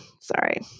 Sorry